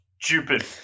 stupid